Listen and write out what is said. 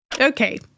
Okay